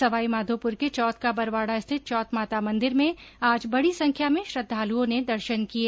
सवाईमाधोपुर के चौथ का बरवाड़ा स्थित चौथ माता मंदिर में आज बड़ी संख्या में श्रद्वालुओं ने दर्शन किए